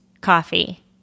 coffee